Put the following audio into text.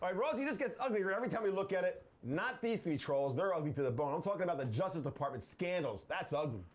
rosie, this gets uglier every time we look at it. not these three trolls they're ugly to the bone. i'm talking about the justice department scandals, that's ugly.